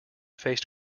faced